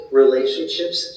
relationships